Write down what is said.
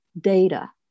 data